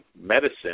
medicine